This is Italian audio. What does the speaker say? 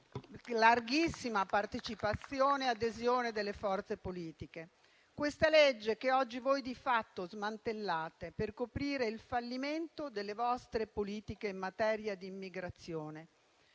Una legge che oggi voi di fatto smantellate per coprire il fallimento delle vostre politiche in materia di immigrazione.